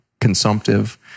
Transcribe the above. consumptive